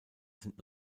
sind